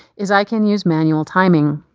is i can use manual timing.